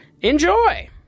Enjoy